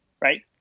right